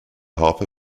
harper